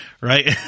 Right